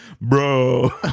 bro